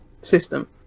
system